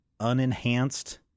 unenhanced